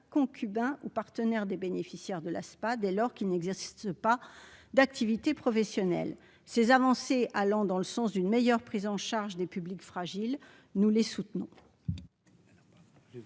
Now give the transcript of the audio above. concubin ou partenaire des bénéficiaires de l'ASPA dès lors qu'ils n'exercent pas d'activité professionnelle, ces avancées allant dans le sens d'une meilleure prise en charge des publics fragiles, nous les soutenons.